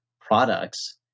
products